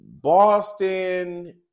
Boston